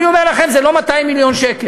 אני אומר לכם, זה לא 200 מיליון שקל.